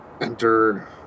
enter